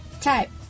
type